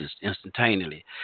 instantaneously